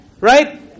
Right